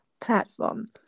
platform